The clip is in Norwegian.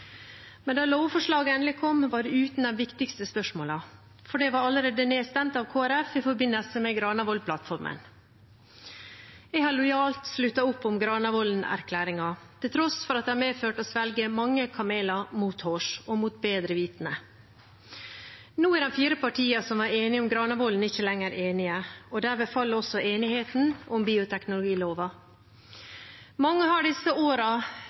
Men da lovforslaget endelig kom, var det uten de viktigste spørsmålene, for det var allerede nedstemt av Kristelig Folkeparti i forbindelse med Granavolden-plattformen. Jeg har lojalt sluttet opp om Granavolden-plattformen, til tross for at det har medført å svelge mange kameler mothårs og mot bedre vitende. Nå er de fire partiene som var enige om Granavolden-plattformen, ikke lenger enige, derfor faller også enigheten om bioteknologiloven. Mange har disse